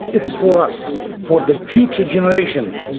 it's for us, for the future generation.